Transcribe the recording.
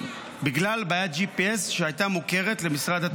בגלל בעיית GPS, שהייתה מוכרת למשרד התחבורה.